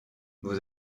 vous